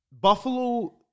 Buffalo